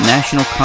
National